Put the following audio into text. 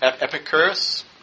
Epicurus